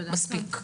מספיק.